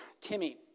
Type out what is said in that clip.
Timmy